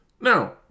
Now